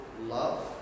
love